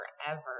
forever